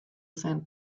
zen